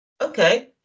Okay